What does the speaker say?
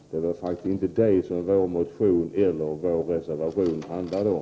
Det är faktiskt inte det som vår motion och reservation handlar om.